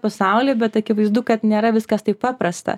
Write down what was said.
pasauly bet akivaizdu kad nėra viskas taip paprasta